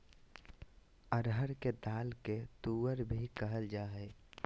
अरहर के दाल के तुअर भी कहल जाय हइ